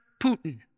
Putin